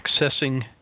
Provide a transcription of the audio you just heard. accessing